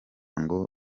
ngo